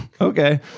Okay